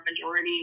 majority